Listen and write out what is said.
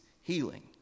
healing